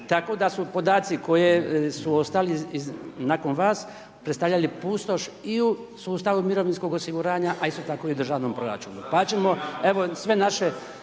tako da su podaci koji su ostali nakon vas predstavljali pustoš i u sustavu mirovinskog osiguranja a isto tako i državnom proračunu. Pa ćemo evo sve naše